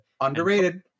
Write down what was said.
Underrated